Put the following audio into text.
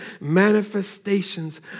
manifestations